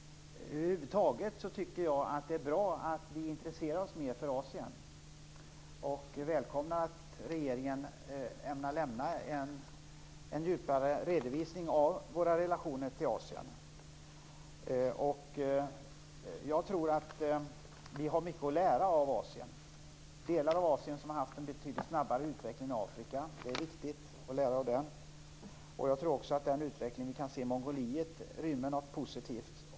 Över huvud taget tycker jag att det är bra att vi intresserar oss mer för Asien. Jag välkomnar att regeringen ämnar lämna en djupare redovisning av våra relationer till Asien. Jag tror att vi har mycket att lära av Asien. Delar av Asien har haft en betydligt snabbare utveckling än Afrika. Det är viktigt att lära av den. Jag tror också att den utveckling som vi kan se i Mongoliet rymmer något positivt.